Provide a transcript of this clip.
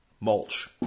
Mulch